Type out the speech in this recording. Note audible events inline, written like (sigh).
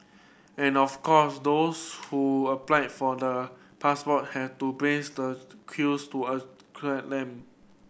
and of course those who applied for the passport had to breathe the queues to (hesitation) collect them